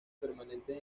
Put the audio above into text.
permanentes